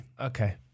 Okay